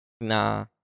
Nah